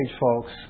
folks